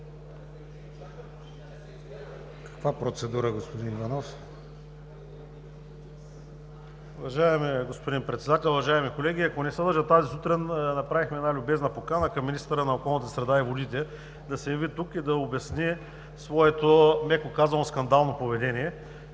за процедура, господин Иванов.